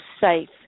safe